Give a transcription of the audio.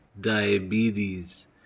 diabetes